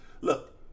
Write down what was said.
look